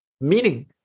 meaning